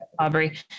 Aubrey